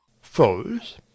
false